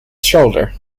shoulder